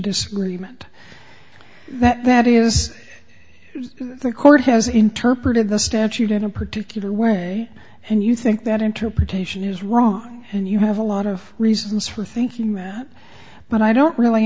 disagreement that is the court has interpreted the statute in a particular way and you think that interpretation is wrong and you have a lot of reasons for thinking that but i don't really